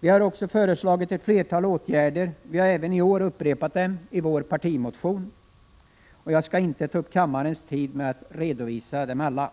Vi har också föreslagit ett flertal åtgärder. Vi har även i år upprepat dem i vår partimotion, och jag skall inte ta upp kammarens tid med att redovisa dem alla.